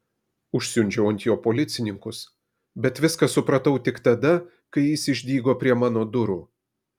užsiundžiau ant jo policininkus bet viską supratau tik tada kai jis išdygo prie mano durų